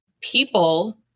people